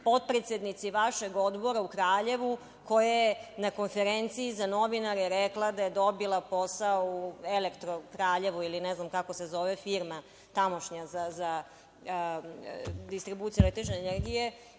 potpredsednici vašeg odbora u Kraljevu, koja je na konferenciji za novinare rekla da je dobila posao u Elektro Kraljevu, ili ne znam kako se zove firma tamošnja za distribuciju električne energije,